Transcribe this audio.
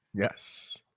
Yes